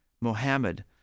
Mohammed